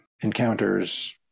encounters